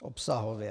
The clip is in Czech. Obsahově.